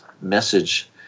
message